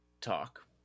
talk